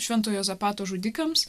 švento juozapato žudikams